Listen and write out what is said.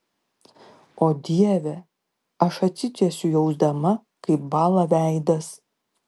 o dieve aš atsitiesiu jausdama kaip bąla veidas